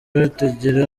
batangira